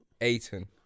Aiton